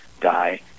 die